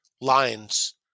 lines